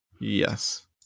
Yes